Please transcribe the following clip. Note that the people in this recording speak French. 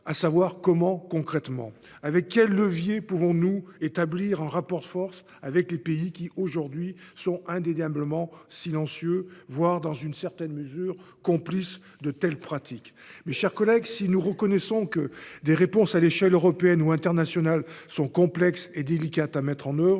: comment, concrètement ? Avec quels leviers pouvons-nous établir un rapport de force avec les pays qui, aujourd'hui, sont indéniablement silencieux, voire dans une certaine mesure complices de telles pratiques ? Mes chers collègues, si nous reconnaissons que des réponses à l'échelle européenne ou internationale sont complexes et délicates à mettre en oeuvre,